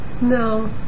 no